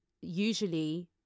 usually